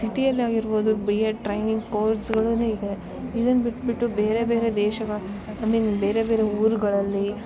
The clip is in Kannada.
ಸಿಟಿಯಲ್ಲಿ ಆಗಿರ್ಬೌದು ಬಿ ಎಡ್ ಟ್ರೈನಿಂಗ್ ಕೋರ್ಸ್ಗಳನು ಇದೆ ಇದನ್ನು ಬಿಟ್ಬಿಟ್ಟು ಬೇರೆ ಬೇರೆ ದೇಶಗಳು ಐ ಮಿನ್ ಬೇರೆ ಬೇರೆ ಊರುಗಳಲ್ಲಿ